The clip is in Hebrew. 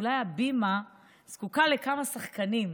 אולי הבימה זקוקה לכמה שחקנים,